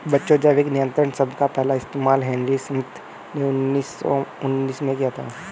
बच्चों जैविक नियंत्रण शब्द का पहला इस्तेमाल हेनरी स्मिथ ने उन्नीस सौ उन्नीस में किया था